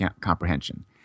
comprehension